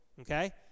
Okay